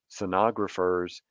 sonographers